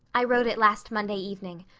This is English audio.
i wrote it last monday evening.